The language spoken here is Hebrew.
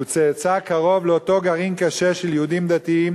הוא צאצא קרוב לאותו גרעין קשה של יהודים דתיים